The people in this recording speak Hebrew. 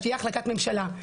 שתהיה החלטת ממשלה,